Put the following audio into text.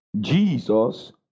Jesus